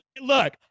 Look